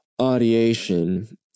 audiation